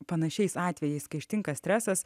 panašiais atvejais kai ištinka stresas